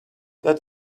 that